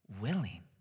willing